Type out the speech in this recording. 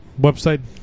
website